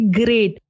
great